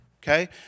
Okay